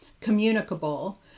communicable